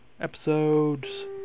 Episodes